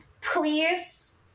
please